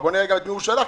בואו נראה את מי הוא שלח,